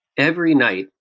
every night,